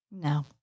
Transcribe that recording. No